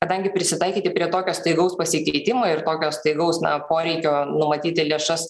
kadangi prisitaikyti prie tokio staigaus pasikeitimo ir tokio staigaus na poreikio numatyti lėšas